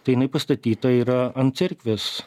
tai jinai pastatyta yra ant cerkvės